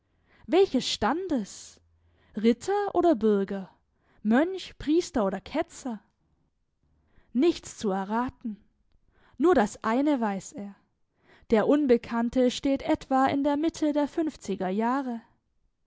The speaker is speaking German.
welches standes ritter oder bürger mönch priester oder ketzer nichts zu erraten nur das eine weiß er der unbekannte steht etwa in der mitte der fünfziger jahre